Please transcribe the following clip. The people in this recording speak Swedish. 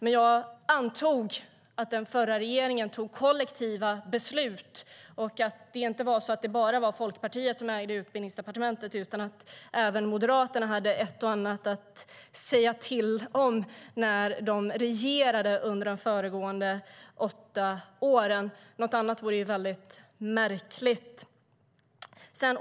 Men jag antog att den förra regeringen tog kollektiva beslut och att det inte bara var Folkpartiet som ägde utbildningsfrågorna, utan att även Moderaterna hade ett och annat att säga till om när de var med och regerade under de föregående åtta åren. Något annat vore väldigt märkligt.